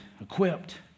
equipped